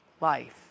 life